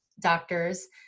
doctors